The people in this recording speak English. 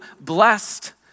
blessed